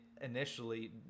initially